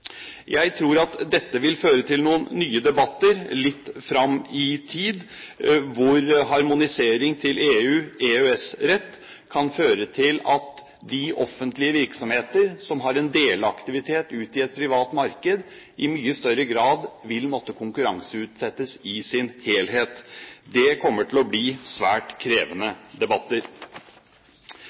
Jeg tror at dette vil føre til noen nye debatter litt fram i tid, hvor harmonisering til EU/EØS-rett kan føre til at de offentlige virksomheter som har en delaktivitet ut i et privat marked, i mye større grad vil måtte konkurranseutsettes i sin helhet. Det kommer til å bli svært krevende debatter.